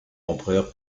empereur